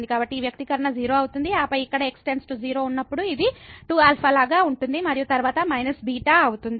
కాబట్టి ఈ వ్యక్తీకరణ 0 అవుతుంది ఆపై ఇక్కడ x → 0 ఉన్నప్పుడు ఇది 2α లాగా ఉంటుంది మరియు తరువాత −β అవుతుంది